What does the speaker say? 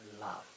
love